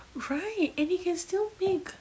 right and he can still make